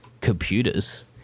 computers